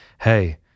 Hey